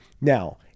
Now